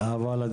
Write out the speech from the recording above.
יחד עם זאת,